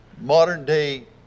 modern-day